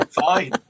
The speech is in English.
fine